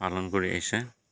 পালন কৰি আহিছে